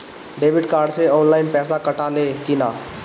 Debit card से online पैसा कटा ले कि ना?